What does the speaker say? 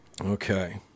okay